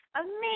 Amazing